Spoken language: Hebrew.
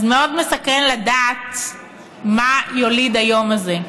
אז מאוד מסקרן לדעת מה יוליד היום הזה.